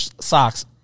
socks